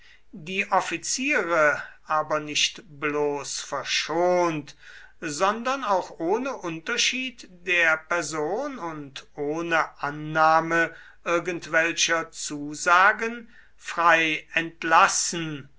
die offiziere aber nicht bloß verschont sondern auch ohne unterschied der person und ohne annahme irgendwelcher zusagen frei entlassen